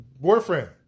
boyfriend